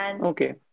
Okay